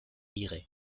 ire